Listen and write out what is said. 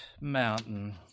mountain